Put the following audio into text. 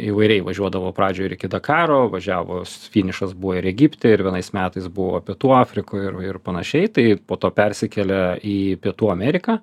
įvairiai važiuodavo pradžioj ir iki dakaro važiavo finišas buvo ir egipte ir vienais metais buvo pietų afrikoj ir ir panašiai tai po to persikėlė į pietų ameriką